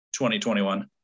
2021